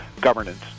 governance